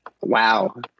Wow